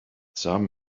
some